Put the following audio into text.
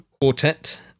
quartet